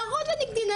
נכון שאני קטינה,